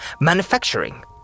manufacturing